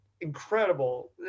incredible